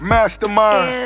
Mastermind